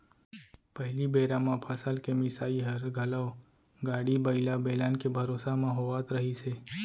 पहिली बेरा म फसल के मिंसाई हर घलौ गाड़ी बइला, बेलन के भरोसा म होवत रहिस हे